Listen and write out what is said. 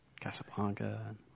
Casablanca